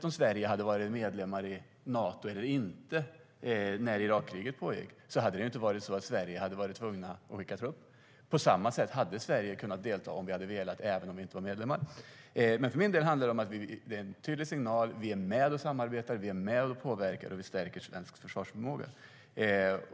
Om Sverige hade varit medlem i Nato när Irakkriget pågick hade vi inte varit tvungna att skicka trupp. På samma sätt hade Sverige kunnat delta om vi hade velat även om vi inte var medlemmar. För min del handlar det om att vi ger en tydlig signal: Vi är med och samarbetar, vi är med och påverkar och vi stärker svensk försvarsförmåga.